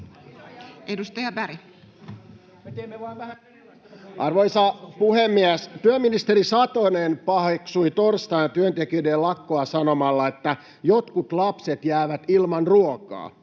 Arvoisa puhemies! Työministeri Satonen paheksui torstaina työntekijöiden lakkoa sanomalla, että jotkut lapset jäävät ilman ruokaa.